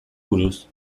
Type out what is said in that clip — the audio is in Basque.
buruz